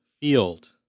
field